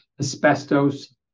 asbestos